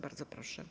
Bardzo proszę.